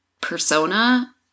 persona